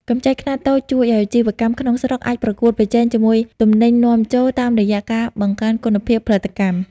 កម្ចីខ្នាតតូចជួយឱ្យអាជីវកម្មក្នុងស្រុកអាចប្រកួតប្រជែងជាមួយទំនិញនាំចូល តាមរយៈការបង្កើនគុណភាពផលិតកម្ម។